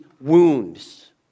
wounds